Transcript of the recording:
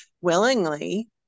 willingly